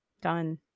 Done